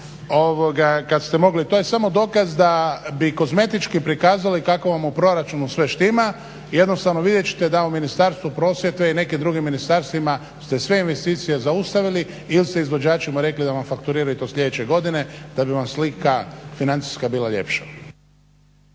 to je samo dokaz da bi kozmetički prikazali kako vam u proračunu sve štima. Jednostavno vidjet ćete da u Ministarstvu prosvjete i nekim drugim ministarstvima ste sve investicije zaustavili ili ste izvođačima rekli da vam fakturiraju to sljedeće godine da bi vam slika financijska bila ljepša.